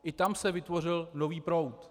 I tam se vytvořil nový proud.